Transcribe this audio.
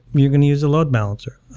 you're going to use a load balancer.